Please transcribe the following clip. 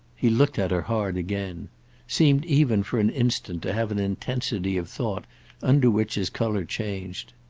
he looked at her hard again seemed even for an instant to have an intensity of thought under which his colour changed.